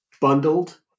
bundled